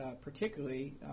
particularly